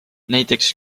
näiteks